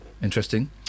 Interesting